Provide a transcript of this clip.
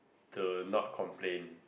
to not complain